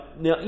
Now